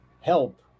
help